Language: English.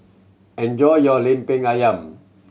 enjoy your Lemper Ayam